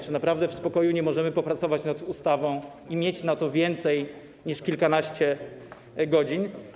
Czy naprawdę w spokoju nie możemy popracować nad ustawą i mieć na to więcej niż kilkanaście godzin?